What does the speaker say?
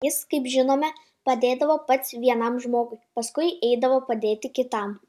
jis kaip žinome padėdavo pats vienam žmogui paskui eidavo padėti kitam